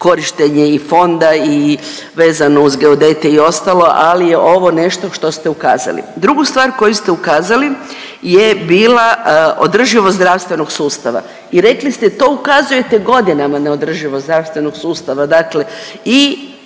korištenje i fonda i vezano uz geodete i ostalo, ali je ovo nešto što ste ukazali. Drugu stvar koju ste ukazali je bila održivost zdravstvenog sustava i rekli ste to ukazujete godinama na održivost zdravstvenog sustava,